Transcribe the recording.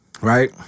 right